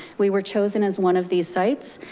we were chosen as one of these sites,